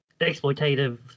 exploitative